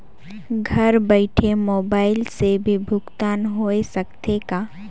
घर बइठे मोबाईल से भी भुगतान होय सकथे का?